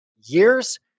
years